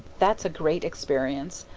that's a great experience.